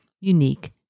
unique